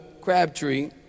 Crabtree